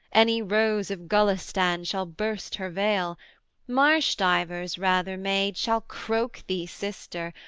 any rose of gulistan shall burst her veil marsh-divers, rather, maid, shall croak thee sister,